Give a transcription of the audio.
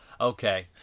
Okay